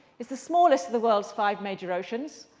it's the smallest of the world's five major oceans.